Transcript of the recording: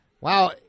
Wow